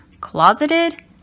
closeted